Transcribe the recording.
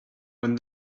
when